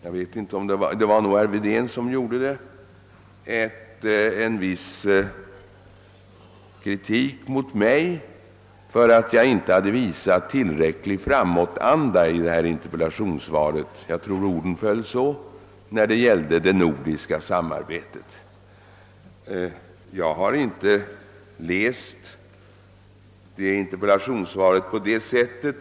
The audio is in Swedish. Jag tror att det var herr Wedén som riktade viss kritik mot mig för att jag i mitt interpellationssvar inte hade visat tillräcklig framåtanda — ungefär så föll väl orden — när det gällde det nordiska samarbetet. Jag anser inte att interpellationssvaret kan fattas på det sättet.